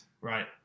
right